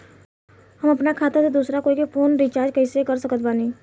हम अपना खाता से दोसरा कोई के फोन रीचार्ज कइसे कर सकत बानी?